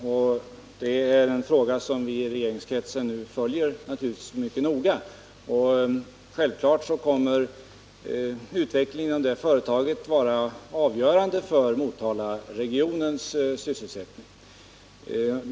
Men detta är en fråga som vi i regeringskretsen naturligtvis följer mycket noga, och självklart kommer utvecklingen inom Luxor att vara mycket avgörande för Motalaregionens sysselsättning.